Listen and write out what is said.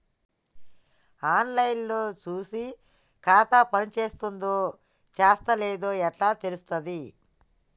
On line లో చూసి ఖాతా పనిచేత్తందో చేత్తలేదో ఎట్లా తెలుత్తది?